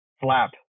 Slap